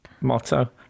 motto